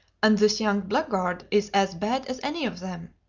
and this young blackguard is as bad as any of them!